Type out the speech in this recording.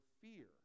fear